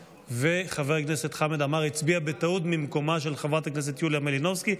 חבר הכנסת חמד עמאר הצביע בטעות ממקומה של חברת הכנסת יוליה מלינובסקי,